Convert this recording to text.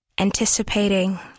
anticipating